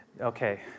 okay